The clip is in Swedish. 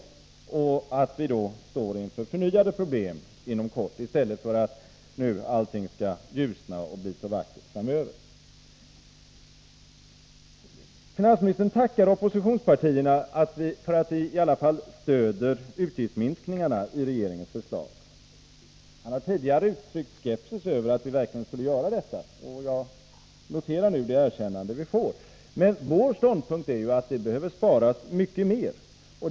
Vi kommer i så fall att inom kort stå inför förnyade problem i stället för att allting skulle ljusna och bli så vackert framöver. Finansministern tackar oppositionspartierna för att vi i alla fall stöder regeringens förslag om utgiftsminskningarna. Han har tidigare uttryckt skepsis om huruvida vi verkligen skulle göra detta. Jag noterar nu detta erkännande. Vår ståndpunkt är att det behöver sparas mycket mer.